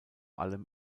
allem